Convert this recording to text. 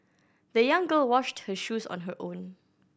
the young girl washed her shoes on her own